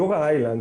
גיורא איילנד,